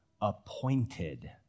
appointed